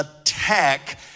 attack